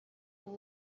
iyi